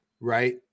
right